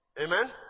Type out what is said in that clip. Amen